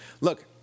Look